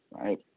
right